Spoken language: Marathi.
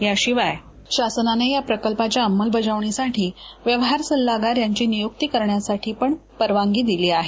याशिवाय शासनानं या प्रकल्पाच्या अंमलबजावणीसाठी व्यवहार सल्लागार यांची नियूक्ती करण्याची पण परवानगी दिली आहे